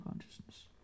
consciousness